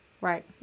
Right